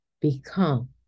become